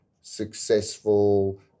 successful